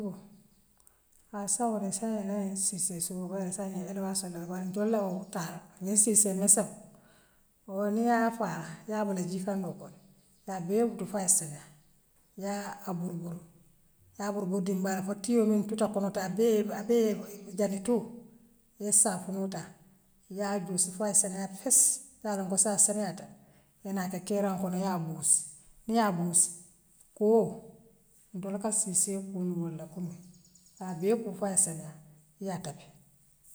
Haa saňee woo de ila ňiŋ siissee suboo wooleŋ saaňee elewaassool doroŋ bare ntool woo taa ňiŋ soossee messiŋoo woo niŋ yaa faa yaa bula jii kandoole kono kaa bee wutu foo aye seniyaa yaa a buru buru yaa buru buru dimbaala foo tiiyool muŋ tututa a konoto abee abee le jani tuu ye saafinoo taa yaa joossi foo aye seniyaa fess yaa loŋ ko saaňe asseniyata ye naa ke keeraŋoo kono yaa buussi niŋ yaa buussi koo ntol ka siissee kuu niŋ wool la kunuŋ kaa b kuu foo ayee seniyaa yaa tabi.